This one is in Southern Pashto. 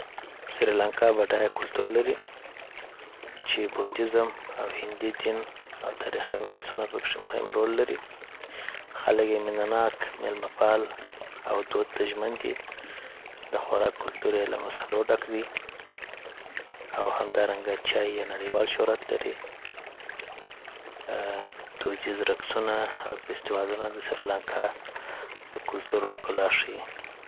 سریلانکا بډای کلتور لري چې بودیزم، او هندی دین او تاریخي میراثونه پکښې مهم رول لري. خلک یې مینه‌ناک، میلمه‌پال او دود ته ژمن دي. د خوراک کلتور یې له مسالو ډک دی، او همدارنګه چای یې نړیوال شهرت لري. دودیز رقصونه، او هم فیسټیوالونه د سریلانکا د کلتور ښکلا ښيي